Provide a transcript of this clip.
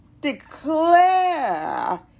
declare